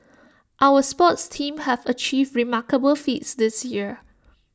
our sports teams have achieved remarkable feats this year